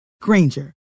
Granger